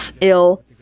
ill